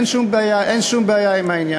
אין שום בעיה, אין שום בעיה עם העניין.